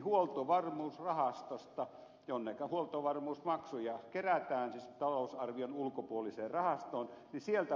huoltovarmuusrahastosta jonne huoltovarmuusmaksuja kerätään siis talousarvion ulkopuoliseen rahastoon